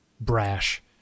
brash